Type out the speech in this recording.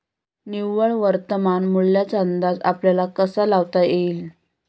निव्वळ वर्तमान मूल्याचा अंदाज आपल्याला कसा लावता येईल?